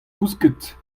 kousket